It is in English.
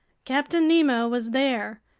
captain nemo was there.